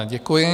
Děkuji.